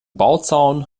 bauzaun